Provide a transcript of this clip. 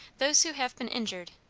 those who have been injured,